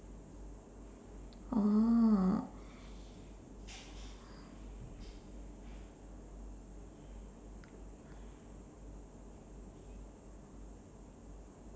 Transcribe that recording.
oh